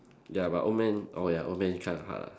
ya but old man oh ya old man is quite hard lah